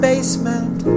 Basement